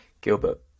Gilbert